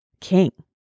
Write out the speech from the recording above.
king